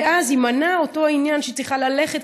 ואז יימנע אותו עניין שהיא צריכה ללכת,